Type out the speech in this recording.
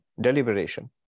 deliberation